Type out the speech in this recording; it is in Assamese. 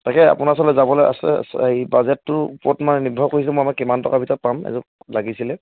তাকে আপোনাৰ ওচৰলৈ যাবলৈ আছে হেৰি বাজেটটো ওপৰত মই নিৰ্ভৰ কৰিছোঁ মই আমাক কিমান টকা ভিতৰত পাম এযোৰ লাগিছিলে